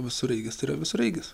visureigis tai yra visureigis